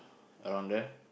around there